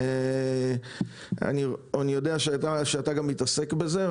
אני יודע שאתה גם מתעסק בזה.